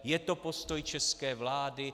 Je to postoj české vlády?